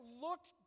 looked